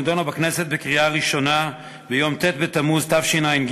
נדונה בכנסת בקריאה ראשונה ביום ט' בתמוז תשע"ג,